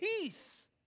peace